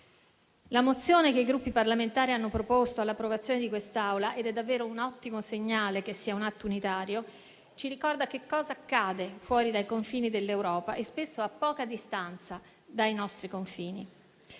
La mozione che i Gruppi parlamentari hanno proposto all'approvazione di quest'Aula - ed è davvero un ottimo segnale che sia un atto unitario - ci ricorda che cosa accade fuori dai confini dell'Europa e spesso a poca distanza dai nostri confini.